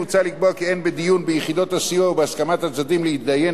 מוצע לקבוע כי אין בדיון ביחידת הסיוע ובהסכמת הצדדים להתדיין